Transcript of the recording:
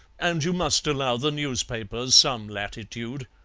and you must allow the newspapers some latitude.